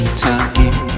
time